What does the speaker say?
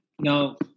No